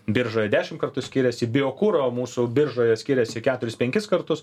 biržoje dešimt kartų skiriasi biokuro mūsų biržoje skiriasi keturis penkis kartus